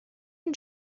and